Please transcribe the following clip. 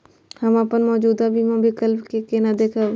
हम अपन मौजूद बीमा विकल्प के केना देखब?